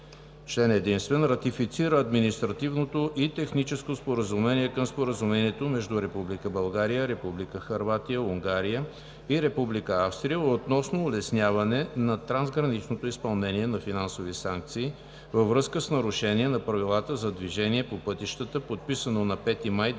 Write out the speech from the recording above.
Член единствен. Ратифицира Административното и техническо споразумение към Споразумението между Република България, Република Хърватия, Унгария и Република Австрия относно улесняване на трансграничното изпълнение на финансови санкции във връзка с нарушения на правилата за движение по пътищата, подписано на 5 май 2015